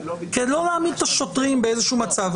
כדי לא להעמיד את השוטרים באיזשהו מצב.